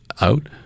out